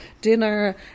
dinner